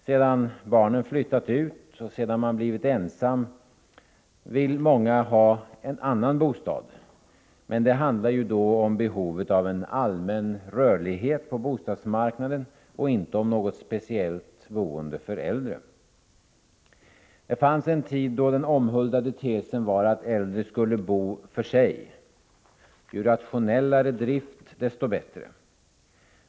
Sedan barnen flyttat ut och sedan man blivit ensam vill många ha en annan bostad, men det handlar då om behovet av en allmän rörlighet på bostadsmarknaden, inte om något speciellt boende för de äldre. Det fanns en tid då den omhuldade tesen var att de äldre skulle bo för sig. Ju rationellare drift, desto bättre.